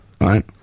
right